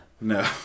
No